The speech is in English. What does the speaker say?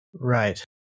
Right